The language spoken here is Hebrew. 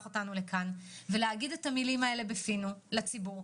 אותנו לכאן ולהגיד את המילים האלה בפינו לציבור,